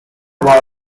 brand